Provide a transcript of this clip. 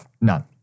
None